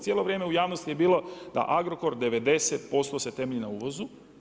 Cijelo vrijeme u javnosti je bilo da Agrokor 90% se temelji na uvozu.